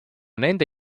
nende